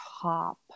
top